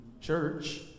church